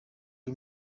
ari